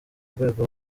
urwego